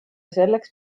selleks